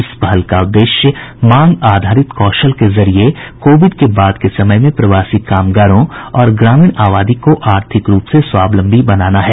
इस पहल का उद्देश्य मांग आधारित कौशल के जरिए कोविड के बाद के समय में प्रवासी कामगारों और ग्रामीण आबादी को आर्थिक रूप से स्वावलंबी बनाना है